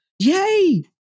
Yay